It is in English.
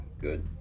good